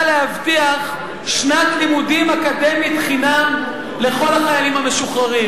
להבטיח שנת לימודים אקדמית חינם לכל החיילים המשוחררים.